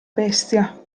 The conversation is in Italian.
bestia